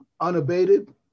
unabated